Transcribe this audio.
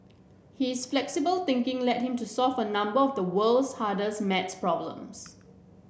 his flexible thinking led him to solve a number of the world's hardest maths problems